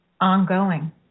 ongoing